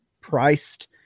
priced